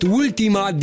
ultima